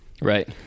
Right